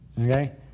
Okay